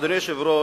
אדוני היושב-ראש,